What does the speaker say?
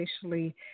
officially